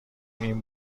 این